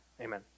Amen